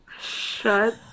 Shut